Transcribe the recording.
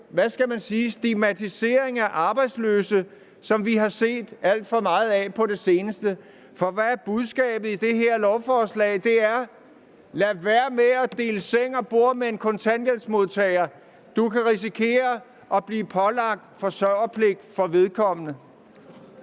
stigmatisering af arbejdsløse, som vi har set alt for meget af på det seneste. For hvad er budskabet i det her lovforslag? Det er: Lad være med at dele seng og bord med en kontanthjælpsmodtager; du kan risikere at blive pålagt forsørgerpligt over for vedkommende.